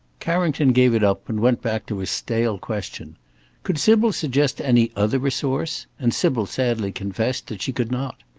carrington gave it up, and went back to his stale question could sybil suggest any other resource? and sybil sadly confessed that she could not.